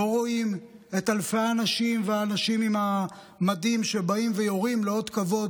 לא רואים את אלפי הנשים והאנשים עם המדים שבאים ויורים לאות כבוד